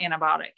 antibiotic